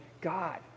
God